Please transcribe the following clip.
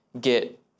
get